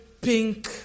pink